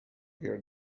here